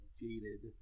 jaded